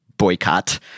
boycott